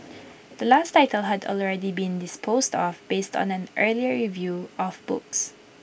the last title had already been disposed off based on an earlier review of books